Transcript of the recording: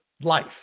life